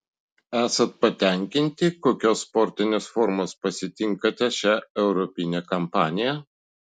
esat patenkinti kokios sportinės formos pasitinkate šią europinę kampaniją